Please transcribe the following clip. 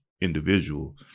individual